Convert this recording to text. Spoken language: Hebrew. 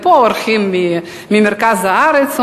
אלה אורחים ממרכז הארץ.